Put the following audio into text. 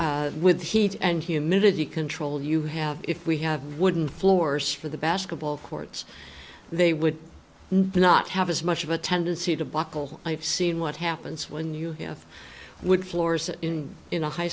with heat and humidity control you have if we have wooden floors for the basketball courts they would not have as much of a tendency to buckle i've seen what happens when you have wood floors in a high